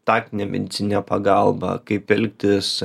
taktinę medicininę pagalbą kaip elgtis